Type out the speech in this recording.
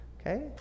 okay